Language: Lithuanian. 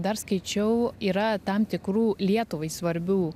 dar skaičiau yra tam tikrų lietuvai svarbių